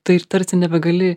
tai tarsi nebegali